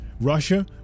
Russia